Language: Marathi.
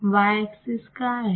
वाय एक्सिस काय आहे